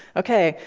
ok.